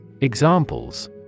Examples